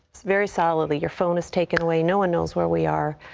it's very solid the your phones taken away no one knows where we are.